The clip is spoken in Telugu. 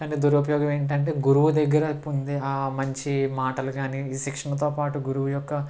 కానీ దుర ఉపయోగం ఏంటి అంటే గురువు దగ్గర పొందే ఆ మంచి మాటలు కానీ శిక్షణతో పాటు గురువు యొక్క